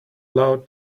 low